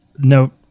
No